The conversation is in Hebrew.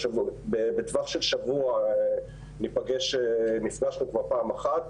בטווח של שבוע נפגשנו כבר פעם אחת.